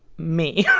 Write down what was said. me. yeah